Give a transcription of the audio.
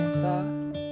thought